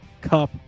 Cup